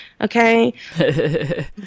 Okay